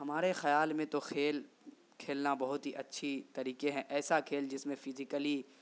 ہمارے خیال میں تو کھیل کھیلنا بہت ہی اچھی طریقے ہیں ایسا کھیل جس میں فجیکلی